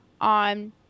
on